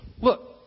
Look